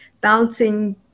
bouncing